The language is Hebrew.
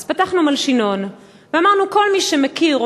אז פתחנו מלשינון ואמרנו: כל מי שמכיר או